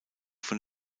von